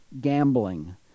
gambling